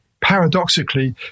paradoxically